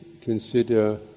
consider